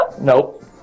nope